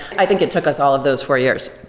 think it took us all of those four years.